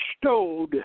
bestowed